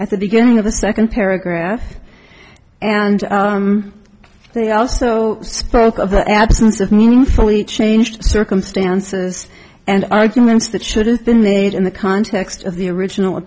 at the beginning of the second paragraph and they also spoke of the absence of meaningfully changed circumstances and arguments that shouldn't been made in the context of the original